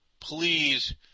please